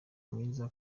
mwiza